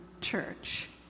church